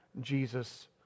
Jesus